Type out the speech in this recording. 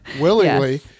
willingly